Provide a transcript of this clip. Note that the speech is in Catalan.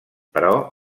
però